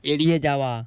এড়িয়ে যাওয়া